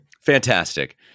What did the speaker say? Fantastic